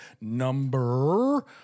number